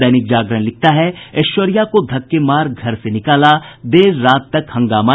दैनिक जागरण लिखता है ऐश्वर्या को धक्के मार घर से निकाला देर रात तक जारी रहा हंगामा